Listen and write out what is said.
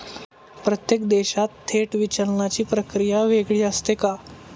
प्रत्येक देशात थेट विचलनाची प्रक्रिया वेगळी असते का?